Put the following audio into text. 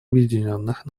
объединенных